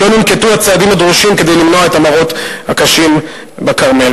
לא ננקטו הצעדים הדרושים כדי למנוע את המראות הקשים בכרמל.